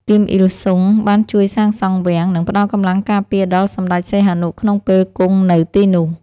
គីម អ៊ីលសុង បានជួយសាងសង់វាំង និងផ្ដល់កម្លាំងការពារដល់សម្ដេចសីហនុក្នុងពេលគង់នៅទីនោះ។